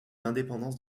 l’indépendance